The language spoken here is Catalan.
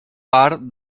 part